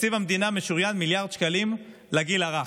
בתקציב המדינה משוריינים מיליארד שקלים לגיל הרך.